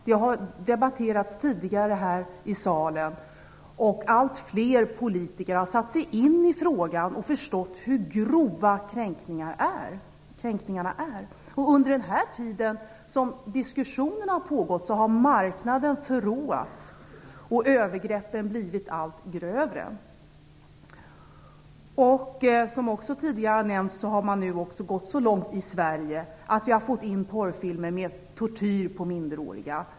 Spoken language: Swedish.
Det har debatterats tidigare här i kammaren, och allt fler politiker har satt sig in i frågan och förstått hur grova kränkningarna är. Under den tid som diskussionerna har pågått har marknaden förråats och övergreppen blivit allt grövre. Som också tidigare har nämnts har man nu gått så långt i Sverige att vi har fått in porrfilmer med tortyr av minderåriga.